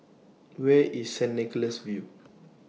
Where IS Saint Nicholas View